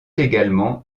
également